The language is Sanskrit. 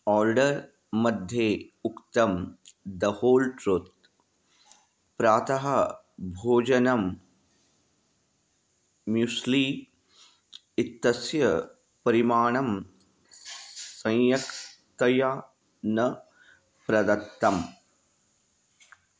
आर्डर् मध्ये उक्तं द होल् ट्रुत् प्रातः भोजनं म्यूस्ली इत्यस्य परिमाणं सम्यक्तया न प्रदत्तम्